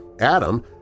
Adam